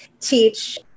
teach